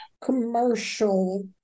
commercial